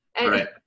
Right